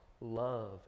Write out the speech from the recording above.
love